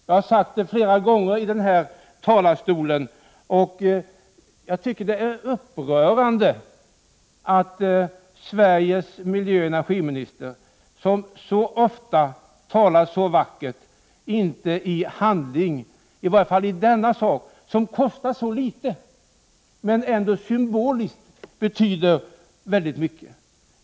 Jag har flera gånger här sagt att jag tycker det är upprörande att Sveriges miljöoch energiminister, som ofta använder så vackra ord, inte handlar därefter, i varje fall inte i denna fråga, där en insats kostar så litet men ändå symboliskt betyder så mycket.